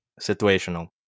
situational